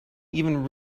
even